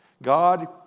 God